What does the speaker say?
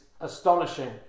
astonishing